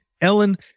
Ellen